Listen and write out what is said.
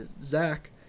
Zach